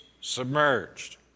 submerged